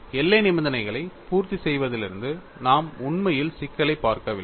எல்லை நிபந்தனைகளை பூர்த்தி செய்வதிலிருந்து நாம் உண்மையில் சிக்கலைப் பார்க்கவில்லை